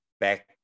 Back